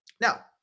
Now